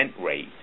rate